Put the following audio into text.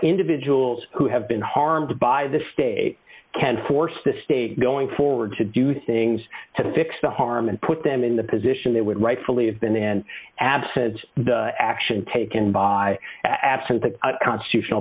individuals who have been harmed by the state can force the state going forward to do things to fix the harm and put them in the position they would rightfully have been and absent the action taken by absent the constitutional